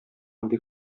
бик